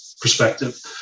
perspective